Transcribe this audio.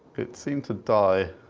it seemed to die